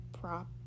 prop